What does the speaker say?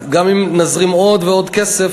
גם אם נזרים עוד ועוד כסף,